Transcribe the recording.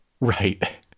Right